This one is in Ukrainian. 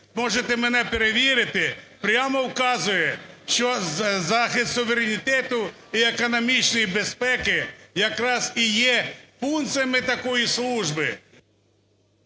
можете мене перевірити, прямо вказує, що захист суверенітету і економічної безпеки якраз і є функціями такої служби.